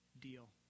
deal